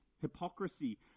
hypocrisy